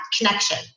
connection